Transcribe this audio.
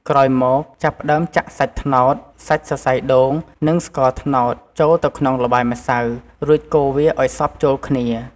ក្រោយមក ចាប់ផ្ដើមចាក់សាច់ត្នោត សាច់សរសៃដូង និងស្ករត្នោត ចូលទៅក្នុងល្បាយម្សៅ រួចកូរវាឱ្យសព្វចូលគ្នា។